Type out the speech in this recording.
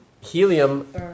Helium